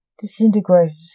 disintegrated